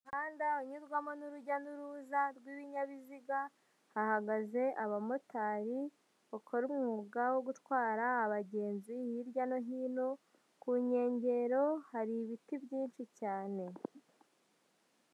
Umuhanda unyurwamo n'urujya n'uruza rw'ibinyabiziga, hahagaze abamotari bakora umwuga wo gutwara abagenzi hirya no hino, ku nkengero hari ibiti byinshi cyane.